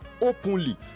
openly